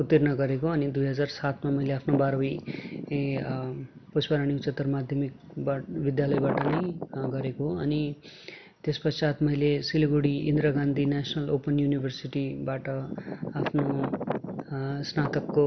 उत्तीर्ण गरेको अनि दुई हजार सातमा मैले आफ्नो बारवी यही पुष्परानी उच्चत्तर माध्यमिक विद्यालयबाट नै गरेको अनि त्यस पश्चात् मैले सिलगढी इन्दिरा गान्धी नेसनल ओपन युनिभर्सिटीबाट आफ्नो स्नातकको